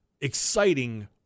exciting